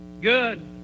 Good